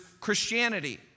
Christianity